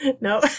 No